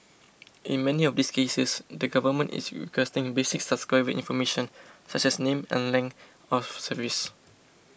in many of these cases the government is requesting basic subscriber information such as name and length of service